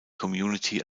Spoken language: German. community